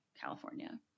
California